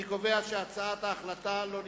אני קובע שהצעת ההחלטה לא נתקבלה.